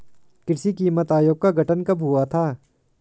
कृषि कीमत आयोग का गठन कब हुआ था?